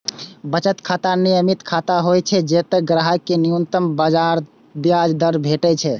बचत खाता नियमित खाता होइ छै, जतय ग्राहक कें न्यूनतम ब्याज दर भेटै छै